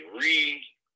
re-